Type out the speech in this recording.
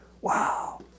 Wow